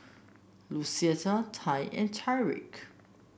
Lucetta Ty and Tyrik